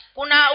Kuna